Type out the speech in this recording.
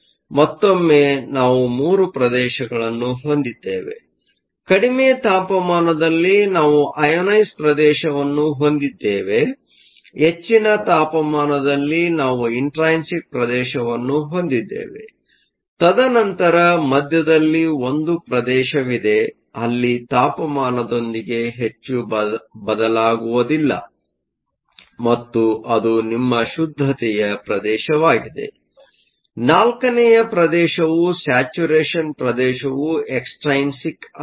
ಆದ್ದರಿಂದ ಮತ್ತೊಮ್ಮೆ ನಾವು ಮೂರು ಪ್ರದೇಶಗಳನ್ನು ಹೊಂದಿದ್ದೇವೆ ಕಡಿಮೆ ತಾಪಮಾನದಲ್ಲಿ ನಾವು ಅಐನೈಸ಼್ ಪ್ರದೇಶವನ್ನು ಹೊಂದಿದ್ದೇವೆ ಹೆಚ್ಚಿನ ತಾಪಮಾನದಲ್ಲಿ ನಾವು ಇಂಟ್ರೈನ್ಸಿಕ್Intrinsic ಪ್ರದೇಶವನ್ನು ಹೊಂದಿದ್ದೇವೆ ತದನಂತರ ಮಧ್ಯದಲ್ಲಿ ಒಂದು ಪ್ರದೇಶವಿದೆ ಅಲ್ಲಿ ತಾಪಮಾನದೊಂದಿಗೆ ಹೆಚ್ಚು ಬದಲಾಗುವುದಿಲ್ಲ ಮತ್ತು ಅದು ನಿಮ್ಮ ಶುದ್ಧತೆಯ ಪ್ರದೇಶವಾಗಿದೆನಾಲ್ಕನೇ ಪ್ರದೇಶವು ಸ್ಯಾಚುರೇಶನ್ಪ್ರದೇಶವು ಎಕ್ಸ್ಟೈನ್ಸಿಕ್ ಆಗಿದೆ